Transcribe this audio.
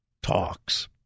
talks